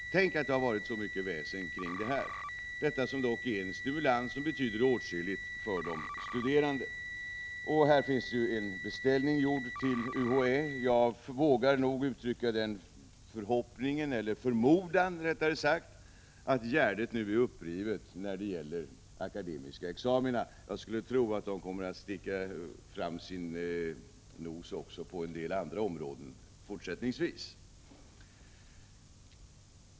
Tänk att det har varit så mycket väsen kring denna fråga! Kandidatexamen är dock en stimulans, som betyder åtskilligt för de studerande. En beställning är nu gjord till UHÄ. Jag vågar uttrycka den förmodan att gärdet nu är upprivet när det gäller akademiska examina. Jag skulle tro att de fortsättningsvis kommer att så att säga sticka fram nosen också på en del andra områden.